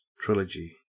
trilogy